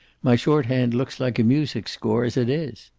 my shorthand looks like a music score, as it is.